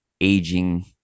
aging